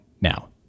now